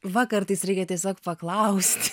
va kartais reikia tiesiog paklaust